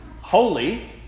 holy